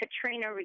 Katrina